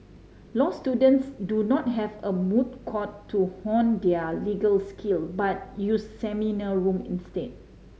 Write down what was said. law students do not have a moot court to hone their legal skill but use seminar room instead